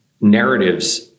narratives